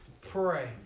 Pray